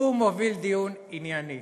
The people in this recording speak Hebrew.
הוא מוביל דיון ענייני,